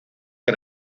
que